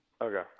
okay